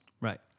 Right